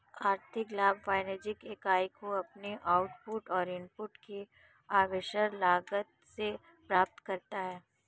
आर्थिक लाभ वाणिज्यिक इकाई को अपने आउटपुट और इनपुट की अवसर लागत से प्राप्त हुआ है